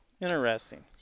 interesting